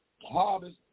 harvest